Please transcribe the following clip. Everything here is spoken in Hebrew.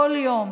בכל יום